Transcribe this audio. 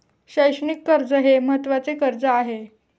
शैक्षणिक कर्ज हे महत्त्वाचे कर्ज आहे